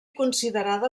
considerada